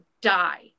die